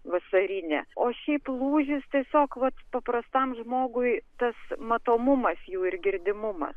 vasarinė o šiaip lūžis tiesiog vat paprastam žmogui tas matomumas jų ir girdimumas